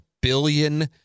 billion